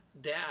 dad